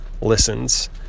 listens